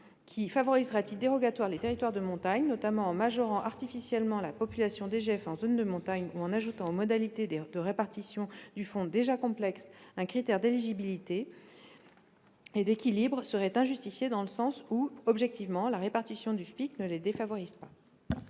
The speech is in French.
qui favoriserait à titre dérogatoire les territoires de montagne, notamment en majorant artificiellement la population DGF en zone de montagne ou en ajoutant aux modalités de répartition du Fonds, déjà complexes, un critère d'équilibre, serait injustifié dans le sens où, objectivement, la répartition du FPIC ne les défavorise pas.